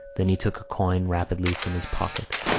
then he took a coin rapidly from his pocket.